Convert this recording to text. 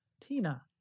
Tina